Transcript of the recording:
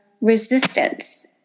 resistance